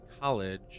college